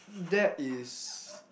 that is